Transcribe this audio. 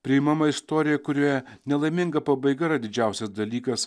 priimama istorija kurioje nelaiminga pabaiga yra didžiausias dalykas